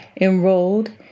enrolled